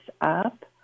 up